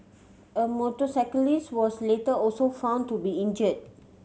a motorcyclist was later also found to be injure